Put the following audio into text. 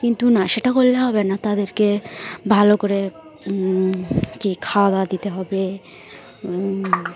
কিন্তু না সেটা করলে হবে না তাদেরকে ভালো করে কী খাওয়া দাওয়া দিতে হবে